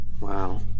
Wow